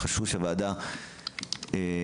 חשוב שהוועדה שתקום,